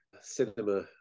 cinema